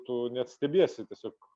tu net stebiesi tiesiog